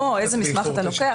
כמו איזה מסמך אתה לוקח,